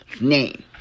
name